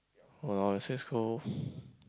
!walao!